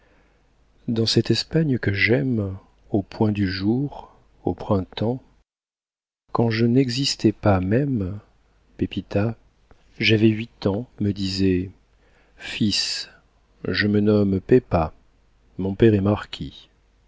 dans cette espagne que j'aime au point du jour au printemps quand je n'existais pas même pepita j'avais huit ans me disait fils je me nomme pepa mon père est marquis